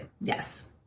Yes